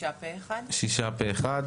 הצבעה אושר.